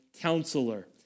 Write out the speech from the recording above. counselor